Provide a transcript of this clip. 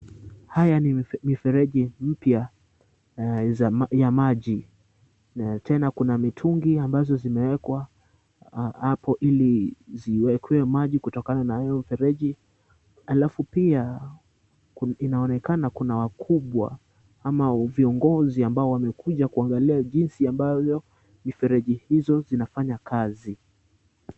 Haya ni mifereji mpya ya maji na tena kuna mitungi ambazo zimewekwa hapo ili ziwekwe maji kutokana na hayo mifereji halafu pia inaonekana kuna wakubwa ama viongozi ambao wamekuja kuonelea jinsi ambavyo mifereji hizo zinafanya kazi.